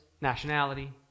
nationality